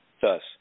thus